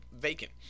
vacant